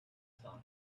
side